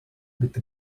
with